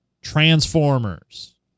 Transformers